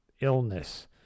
illness